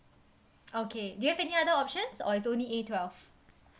okay do you have any other options or it's only A twelve